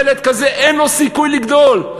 ילד כזה, אין לו סיכוי לגדול.